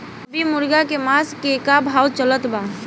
अभी मुर्गा के मांस के का भाव चलत बा?